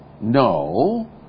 No